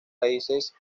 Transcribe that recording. raíces